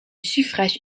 suffrage